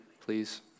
please